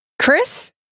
Chris